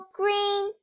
green